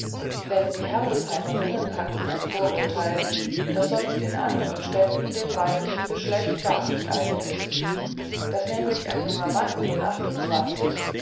denn die herbesheimerinnen hatten ein vorurteil das sonst in anderen städten dem weiblichen geschlecht gar nicht eigen ist daß nämlich ein junger mann von achtundzwanzig